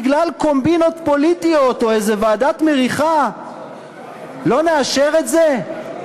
בגלל קומבינות פוליטיות או איזו ועדת מריחה לא נאשר את זה?